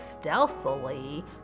stealthily